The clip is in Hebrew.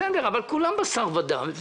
היא יודעת, בסדר, אבל כולם בשר ודם.